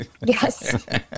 Yes